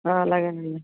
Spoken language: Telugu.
అలాగే అండి